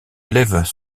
élèves